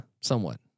Somewhat